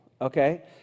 okay